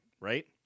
right